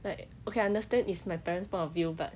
like okay I understand is my parent's point of view but